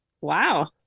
Wow